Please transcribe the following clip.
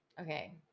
okay